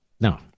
no